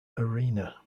arena